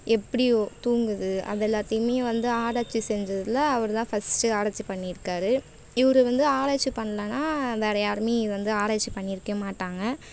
எப்படி தூங்குது அது எல்லாத்தையுமே வந்து ஆராய்ச்சி செஞ்சதில் அவர் தான் ஃபஸ்ட்டு ஆராய்ச்சி பண்ணியிருக்காரு இவர் வந்து ஆராய்ச்சி பண்ணலன்னா வேறு யாருமே இதை வந்து ஆராய்ச்சி பண்ணியிருக்கே மாட்டாங்க